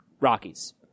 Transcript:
Rockies